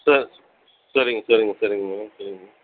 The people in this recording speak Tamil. சர் சரிங்க சரிங்க சரிங்க மேடம் சரிங்க மேடம்